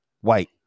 white